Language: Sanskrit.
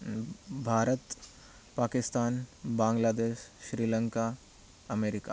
भारत् पाकिस्तान् बाङ्ग्लादेश् श्रीलङ्का अमेरिका